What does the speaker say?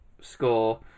score